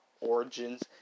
Origins